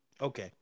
Okay